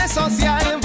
social